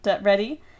Ready